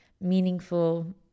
meaningful